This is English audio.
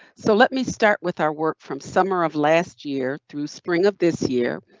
so let me start with our work from summer of last year through spring of this year,